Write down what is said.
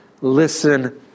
listen